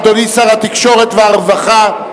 אדוני שר התקשורת והרווחה,